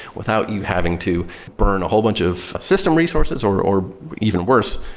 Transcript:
without you having to burn a whole bunch of system resources, or or even worse,